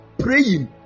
Praying